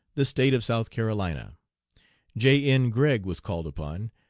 the state of south carolina j. n. gregg was called upon,